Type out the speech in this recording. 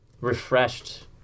refreshed